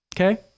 okay